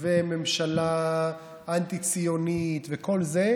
וממשלה אנטי-ציונית וכל זה,